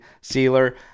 sealer